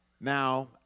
Now